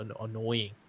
annoying